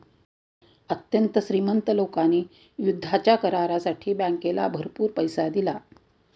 अत्यंत श्रीमंत लोकांनी युद्धाच्या करारासाठी बँकेला भरपूर पैसा दिला